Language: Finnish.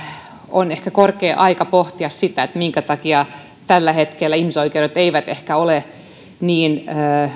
on ehkä korkea aika pohtia sitä minkä takia tällä hetkellä ihmisoikeudet eivät ehkä ole niin